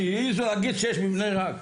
שיעזו להגיד שיש מבנה ריק,